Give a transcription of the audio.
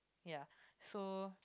ya so